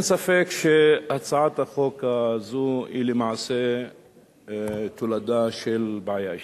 אין ספק שהצעת החוק הזאת היא למעשה תולדה של בעיה אישית,